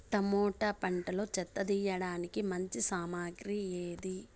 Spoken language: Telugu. టమోటా పంటలో చెత్త తీయడానికి మంచి సామగ్రి ఏది?